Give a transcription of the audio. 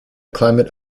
climate